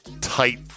tight